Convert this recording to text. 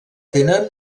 tenen